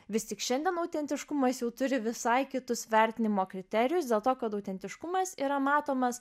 vis tik šiandien autentiškumas jau turi visai kitus vertinimo kriterijus dėl to kad autentiškumas yra matomas